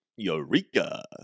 Eureka